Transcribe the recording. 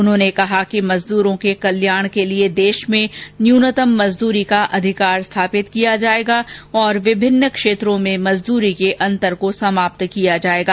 उन्होंने कहा कि मजदूरों के कल्याण के लिए देश में न्यूनतम मजदूरी का अधिकार स्थापित किया जाएगा और विभिन्न क्षेत्रों में अंतर को दूर किया जाएगा